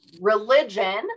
religion